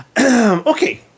Okay